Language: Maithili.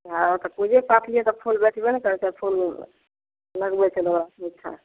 हँ तऽ पूजे पाठके लिए तऽ फूल बेचबे ने करैत छियै फूल लगबैके लिए